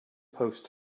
post